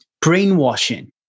brainwashing